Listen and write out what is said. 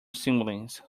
siblings